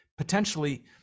potentially